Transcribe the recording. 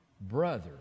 brother